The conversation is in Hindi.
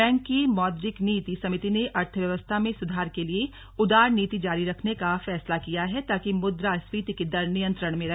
बैंक की मौद्रिक नीति समिति ने अर्थव्यवस्था में सुधार के लिए उदार नीति जारी रखने का फैसला किया है ताकि मुद्रास्फीति की दर नियंत्रण में रहे